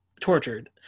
tortured